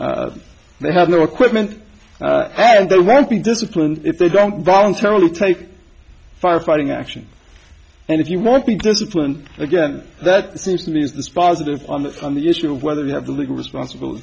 they have the equipment and they won't be disciplined if they don't voluntarily take firefighting action and if you want the discipline again that seems to me is this positive on the phone the issue of whether you have the legal responsibility